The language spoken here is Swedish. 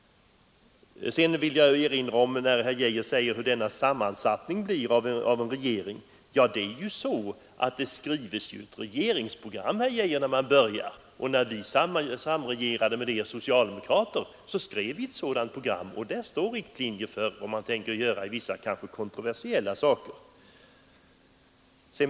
När herr Geijer talar om en kommande regerings sammansättning vill jag säga att det skrivs ett regeringsprogram innan den tillträder. När vi samregerade med er socialdemokrater skrev vi ett sådant program. Programmet skall innehålla riktlinjer för hur man ämnar agera i vissa kontroversiella frågor.